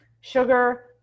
sugar